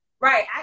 Right